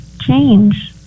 change